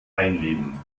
einleben